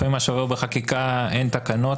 לפעמים למה שעובר בחקיקה אין תקנות,